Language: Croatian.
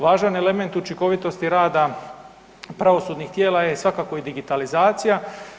Važan element učinkovitosti rada pravosudnih tijela je svakako i digitalizacija.